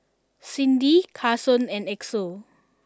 Cindi Carson and Axel